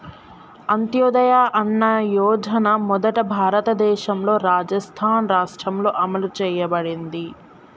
అంత్యోదయ అన్న యోజన మొదట భారతదేశంలోని రాజస్థాన్ రాష్ట్రంలో అమలు చేయబడింది